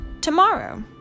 tomorrow